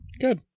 Good